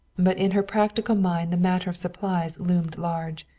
but in her practical mind the matter of supplies loomed large.